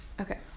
okay